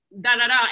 da-da-da